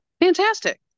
Fantastic